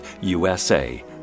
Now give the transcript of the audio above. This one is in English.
USA